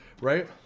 right